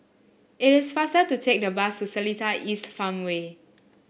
it is faster to take the bus to Seletar East Farmway